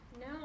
No